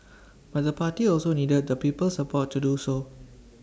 but the party also needed the people's support to do so